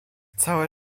całe